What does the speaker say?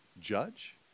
judge